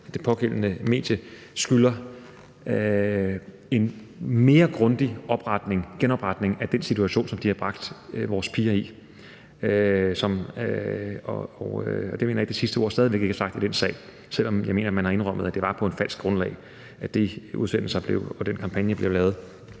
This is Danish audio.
det pågældende medie skylder en mere grundig genopretning af den situation, som det har bragt vores piger i. Og jeg mener stadig væk ikke, det sidste ord er sagt i den sag, selv om jeg mener, man har indrømmet, at det var på et falsk grundlag, at de udsendelser og den kampagne blev lavet.